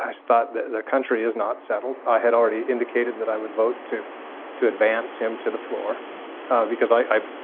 i thought the the country is not settled. i had already indicated that i would vote to to advance him to the floor because i.